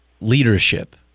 leadership